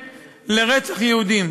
שילמו.